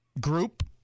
group